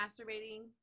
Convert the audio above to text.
masturbating